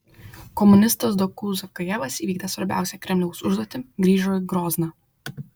komunistas doku zavgajevas įvykdė svarbiausią kremliaus užduotį grįžo į grozną